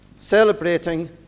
celebrating